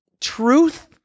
truth